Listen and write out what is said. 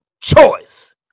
choice